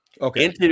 Okay